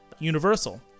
universal